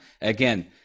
Again